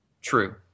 True